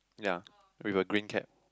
ya with a green cap